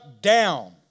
down